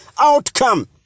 outcome